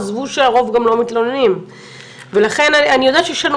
עזבו גם שהרוב לא מתלוננים ולכן אני יודעת שיש לנו